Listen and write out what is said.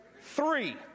Three